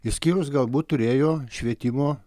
išskyrus galbūt turėjo švietimo